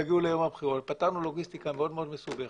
פתרנו לוגיסטיקה מאוד מסובכת,